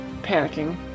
panicking